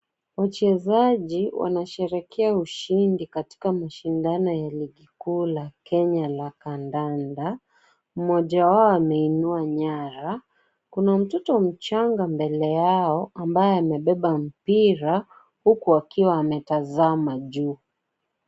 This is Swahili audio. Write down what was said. Wachezaji wanasherekea ushindi katika mashindano ya ligi kuu la Kenya la kandanda. Mmoja wao ameinua nyara. Kuna mtoto mchanga mbele yao ambaye amebeba mpira huku wakiwa wametazama juu